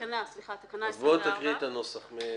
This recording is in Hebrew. תקראי את הנוסח.